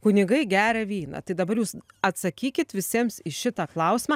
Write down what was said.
kunigai geria vyną tai dabar jūs atsakykit visiems į šitą klausimą